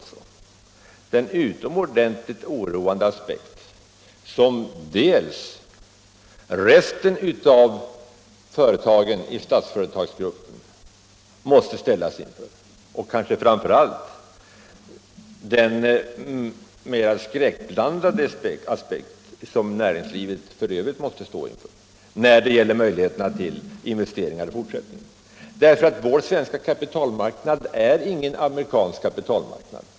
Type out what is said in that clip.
Kvar står den utomordentligt oroande situation som resten av företagen i Statsföretagsgruppen måste hamna i och kanske framför allt de mer skräckblandade utsikterna för det övriga näringslivet när det gäller möjligheter till investeringar i fortsättningen. Vår svenska kapitalmarknad är nämligen ingen amerikansk kapitalmarknad.